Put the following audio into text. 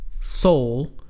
soul